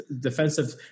defensive